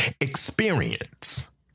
experience